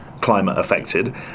climate-affected